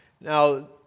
Now